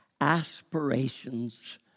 aspirations